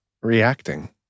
reacting